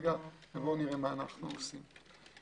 ונראה מה אנחנו עושים.